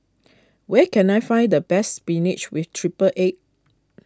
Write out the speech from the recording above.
where can I find the best Spinach with Triple Egg